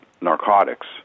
narcotics